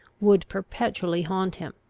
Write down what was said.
would perpetually haunt him.